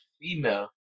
female